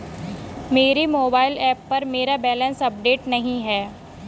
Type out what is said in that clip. मेरे mobile app पर मेरा बैलेंस अपडेट नहीं है